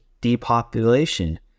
depopulation